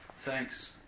thanks